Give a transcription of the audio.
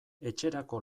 etxerako